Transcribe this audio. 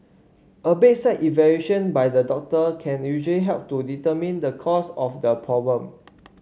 a bedside evaluation by the doctor can usually help to determine the cause of the problem